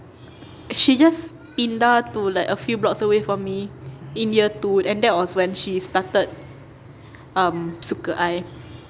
she just pindah to like a few blocks away from me in year two and that was when she started um suka I